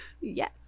yes